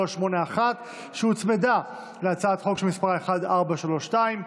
פ/2381, שהוצמדה להצעת חוק מס' פ/1432.